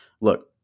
Look